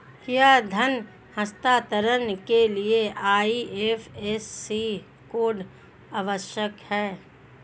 क्या धन हस्तांतरण के लिए आई.एफ.एस.सी कोड आवश्यक है?